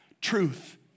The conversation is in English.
Truth